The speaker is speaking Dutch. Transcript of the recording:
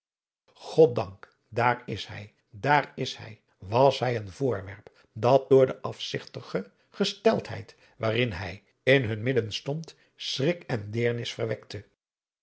god dank daar is hij daar is hij was hij een voorwerp dat door de afzigtige gesteldheid waarin hij in hun midden stond schrik en deernis